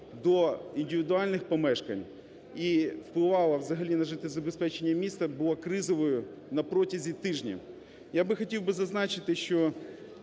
до індивідуальних помешкань і впливало взагалі на життєзабезпечення міста, була кризовою на протязі тижні. Я би хотів зазначити, що